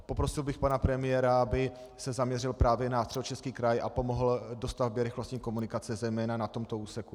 Poprosil bych pana premiéra, aby se zaměřil právě na Středočeský kraj a pomohl dostavbě rychlostní komunikace zejména na tomto úseku.